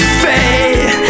fate